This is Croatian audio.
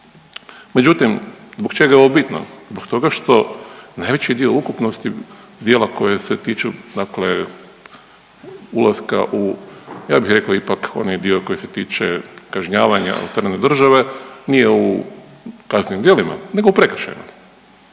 Međutim, zbog čega je ovo bitno? Zbog toga što najveći dio ukupnosti djela koja se tiču dakle ulaska, ja bi rekao ipak onaj dio koji se tiče kažnjavanja od strane države nije u kaznenim djelima nego u prekršajnom.